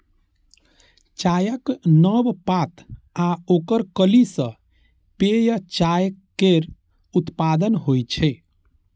चायक नव पात आ ओकर कली सं पेय चाय केर उत्पादन होइ छै